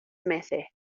meses